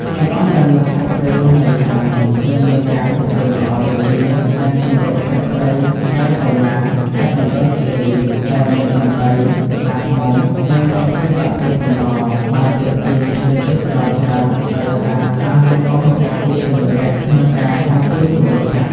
តំបន់ដែលមានសត្វព្រៃរស់នៅច្រើន និងមានការគ្រប់គ្រងល្អ ដូចជា ដែនជម្រកសត្វព្រៃកែវសីមា ខេត្តមណ្ឌលគិរី ដែលមានដំរី ខ្លាឃ្មុំ និងប្រភេទបក្សីកម្រ បានទាក់ទាញភ្ញៀវទេសចរច្រើន ដោយសារការលះបង់របស់ឧទ្យានុរក្សក្នុងការការពារជម្រកសត្វ។